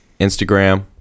Instagram